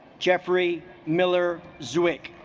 jeffrey miller zoo ik